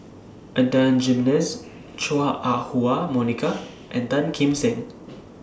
Adan Jimenez Chua Ah Huwa Monica and Tan Kim Seng